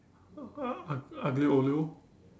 Aglio-Olio